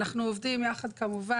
אנחנו עובדים יחד כמובן,